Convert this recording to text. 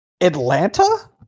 Atlanta